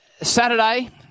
Saturday